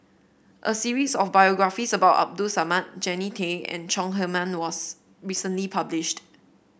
a series of biographies about Abdul Samad Jannie Tay and Chong Heman was recently published